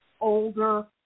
older